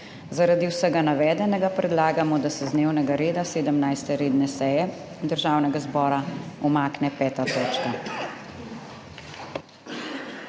Zaradi vsega navedenega predlagamo, da se z dnevnega reda 17. redne seje Državnega zbora umakne 5. točka.